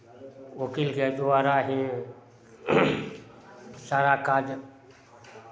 वकीलके द्वारा ही सारा काज